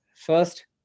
First